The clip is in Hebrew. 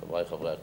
חברי חברי הכנסת,